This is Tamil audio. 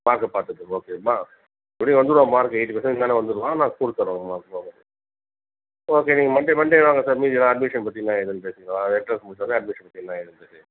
மார்க்கை பார்த்துட்டு ஓகேவா எப்படியும் வந்துடுவான் மார்க்கு எயிட்டி பர்சன்டேஜ்க்கு மேலே வந்துருவான் நான் கொடுத்துட்றேன் சரி ஓகே நீங்கள் மண்டே மண்டே வாங்க சார் மீதிலாம் அட்மிஷன் பற்றி என்ன ஏதுன்னு பேசிக்கலாம் எண்ட்ரன்ஸ் முடிச்சோடன்னே அட்மிஷன் பற்றி என்ன ஏதுன்னு பேசிக்கலாம்